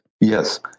Yes